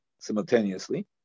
simultaneously